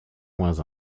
moins